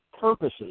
purposes